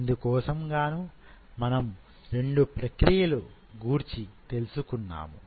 ఇందు కోసం గాను మనము రెండు ప్రక్రియలు గూర్చి తెలుసుకున్నాము